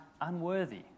unworthy